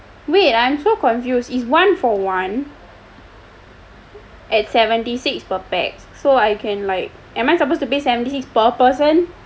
wait I'm so confused is one for one at seventy six per pax so I can like am I supposed to be seventy six per person